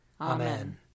Amen